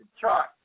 chart